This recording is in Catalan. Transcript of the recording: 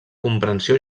comprensió